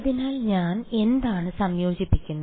അതിനാൽ ഞാൻ എന്താണ്യോജിപ്പിക്കുന്നത്